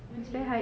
really